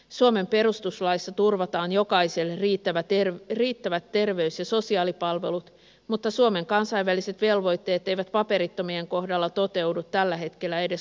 suomen perustuslaissa turvataan jokaiselle riittävät terveys ja sosiaalipalvelut mutta suomen kansainväliset velvoitteet eivät paperittomien kohdalla toteudu tällä hetkellä edes lasten kohdalla